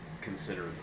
consider